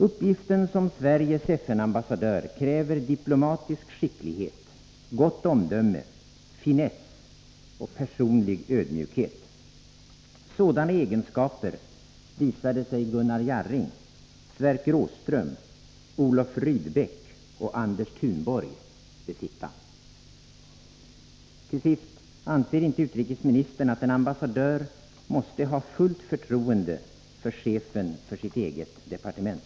Uppgiften som Sveriges FN-ambassadör kräver diplomatisk skicklighet, gott omdöme, finess och personlig ödmjukhet. Sådana egenskaper visade sig Gunnar Jarring, Sverker Åström, Olof Rydbeck och Anders Thunborg besitta. Till sist: Anser inte utrikesministern att en ambassadör måste ha fullt förtroende för chefen för sitt eget departement?